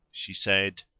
she said,